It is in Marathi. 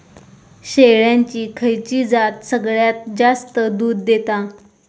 शेळ्यांची खयची जात सगळ्यात जास्त दूध देता?